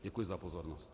Děkuji za pozornost.